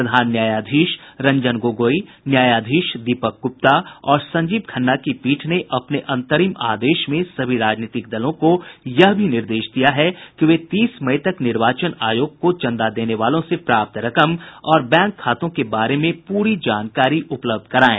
प्रधान न्यायाधीश रंजन गोगोई न्यायाधीश दीपक गुप्ता और संजीव खन्ना की पीठ ने अपने अंतरिम आदेश में सभी राजनीतिक दलों को यह भी निर्देश दिया है कि वे तीस मई तक निर्वाचन आयोग को चंदा देने वालों से प्राप्त रकम और बैंक खातों के बारे में पूरी जानकारी उपलब्ध कराऐं